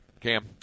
Cam